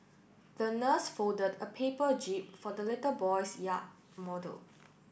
the nurse folded a paper jib for the little boy's yacht model